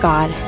God